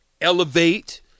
elevate